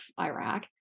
Iraq